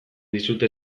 dizute